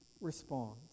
responds